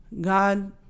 god